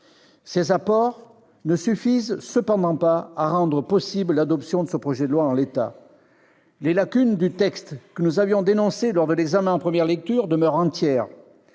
Ces apports ne suffisent cependant pas à rendre possible l'adoption de ce projet de loi en l'état. Les lacunes du texte que nous avions dénoncées lors de l'examen en première lecture demeurent entières.